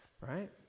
Right